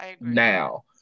now